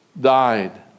died